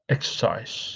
Exercise